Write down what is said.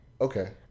Okay